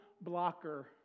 blocker